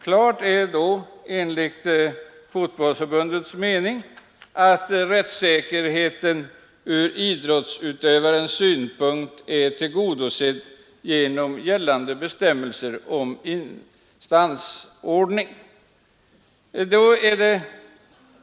Klart är enligt Fotbollförbundets mening att rättssäkerheten ur idrottsutövarens synpunkt är tillgodosedd genom gällande bestämmelser om instansordning.